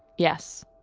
yes,